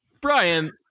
Brian